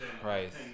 Christ